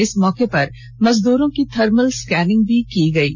इस मौके पर मजदूरों की थर्मल स्कीनिंग भी की गयी